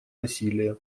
насилия